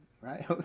right